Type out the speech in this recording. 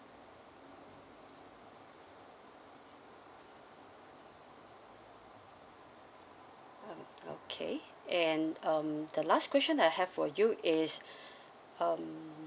um okay and um the last question I have for you is um